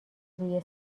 روی